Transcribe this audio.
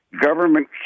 Government